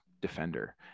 defender